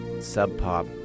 sub-pop